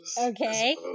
okay